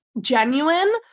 genuine